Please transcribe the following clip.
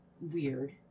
weird